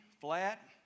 Flat